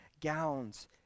gowns